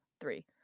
three